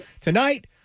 tonight